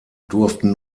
durften